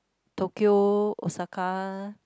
Tokyo Osaka